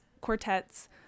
Quartets